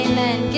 Amen